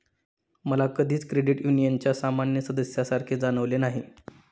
मला कधीच क्रेडिट युनियनच्या सामान्य सदस्यासारखे जाणवले नाही